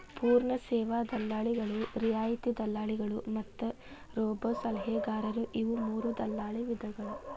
ಪೂರ್ಣ ಸೇವಾ ದಲ್ಲಾಳಿಗಳು, ರಿಯಾಯಿತಿ ದಲ್ಲಾಳಿಗಳು ಮತ್ತ ರೋಬೋಸಲಹೆಗಾರರು ಇವು ಮೂರೂ ದಲ್ಲಾಳಿ ವಿಧಗಳ